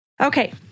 Okay